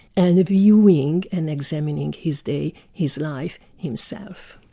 and reviewing and examining his day, his life himself.